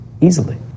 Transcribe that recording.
easily